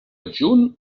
adjunt